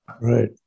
right